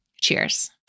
Cheers